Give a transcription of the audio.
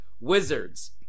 Wizards